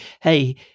hey